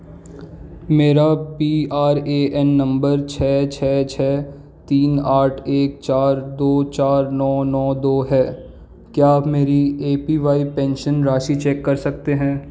मेरा P R A N number छः छः छः तीन आठ एक चार दो चार नो नो दो है क्या आप मेरी ए पी वाई पेंशन राशि चेक कर सकते हैं